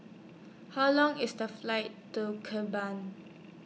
How Long IS The Flight to